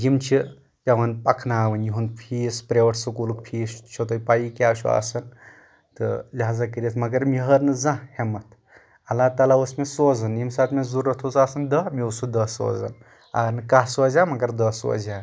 یِم چھِ پٮ۪وان پکناوٕنۍ یِہُنٛد فیٖس پریویٹ سکوٗلُک فیٖس چھو تۄہہِ پایی کیٛاہ چھُ آسان تہٕ لہٰزا کٔرتھ مگر مےٚ ہٲر نہٕ زانٛہہ ہٮ۪متھ اللہ تعالیٰ اوس مےٚ سوزان ییٚمہِ ساتہٕ مےٚ ضروٗرت اوس آسان دہ مےٚ اوس سُہ دہ سوزان اگر نہٕ کاہہ سوزہا مگر دہ سوزہا